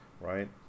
right